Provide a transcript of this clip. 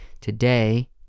today